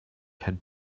had